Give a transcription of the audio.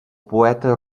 poeta